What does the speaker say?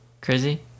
crazy